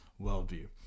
Worldview